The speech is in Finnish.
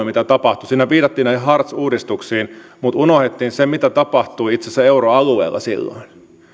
mitä tapahtui kaksituhattakolme siinä viitattiin näihin hartz uudistuksiin mutta unohdettiin se mitä tapahtui itse asiassa euroalueella silloin